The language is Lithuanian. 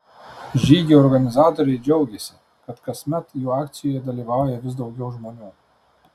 žygio organizatoriai džiaugiasi kad kasmet jų akcijoje dalyvauja vis daugiau žmonių